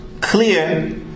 clear